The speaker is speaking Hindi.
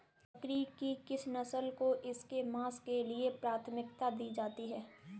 बकरी की किस नस्ल को इसके मांस के लिए प्राथमिकता दी जाती है?